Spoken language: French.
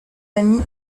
amis